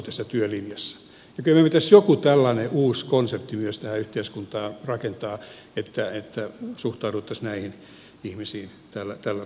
kyllä meillä pitäisi joku tällainen uusi konsepti myös tähän yhteiskuntaan rakentaa että suhtauduttaisiin näihin ihmisiin tällä tavalla